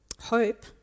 Hope